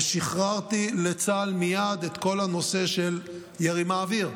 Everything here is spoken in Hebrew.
ושחררתי לצה"ל מייד את כל הנושא של ירי מהאוויר.